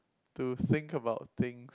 to think about thing